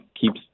keeps